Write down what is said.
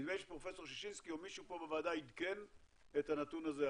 נדמה לי שפרופ' ששינסקי או מישהו פה בוועדה עדכן את הנתון הזה,